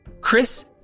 Chris